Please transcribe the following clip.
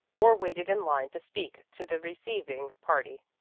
or waited in line to speak to the receiving party.